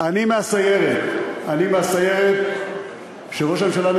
לראש הממשלה,